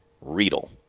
Riedel